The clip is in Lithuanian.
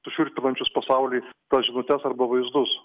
sušiurpinančius pasaulį tas žinutes arba vaizdus